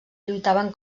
lluitaven